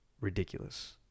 ridiculous